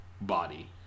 body